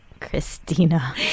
Christina